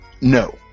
No